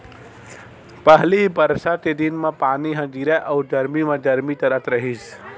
पहिली बरसा के दिन म पानी ह गिरय अउ गरमी म गरमी करथ रहिस